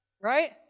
right